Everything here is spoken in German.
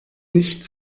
nicht